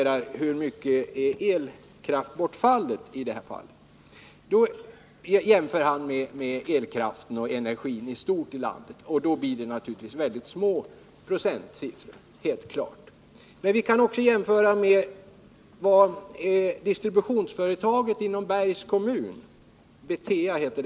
Tore Claeson jämförde detta bortfall med hela energiförbrukningen i landet, och då blir det naturligtvis mycket små procentsiffror. Men vi kan också jämföra med distributionsföretaget inom Bergs kommun, BETEA.